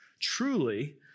truly